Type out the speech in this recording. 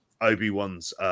Obi-Wan's